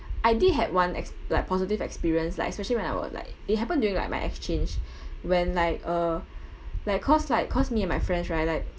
I did had one ex~ like positive experience like especially when I was like it happened during like my exchange when like uh like cause like cause me and my friends right like